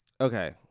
Okay